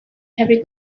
heavy